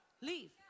Leave